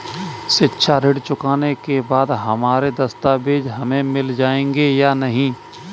शिक्षा ऋण चुकाने के बाद हमारे दस्तावेज हमें मिल जाएंगे या नहीं?